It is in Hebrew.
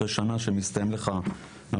אחרי שנה בה מסתיימים לך ה-100%,